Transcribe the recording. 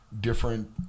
different